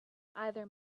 either